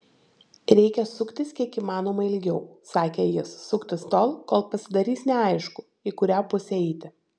reikia suktis kiek įmanoma ilgiau sakė jis suktis tol kol pasidarys neaišku į kurią pusę eiti